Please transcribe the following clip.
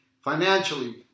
financially